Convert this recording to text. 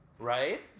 Right